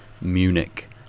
Munich